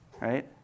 right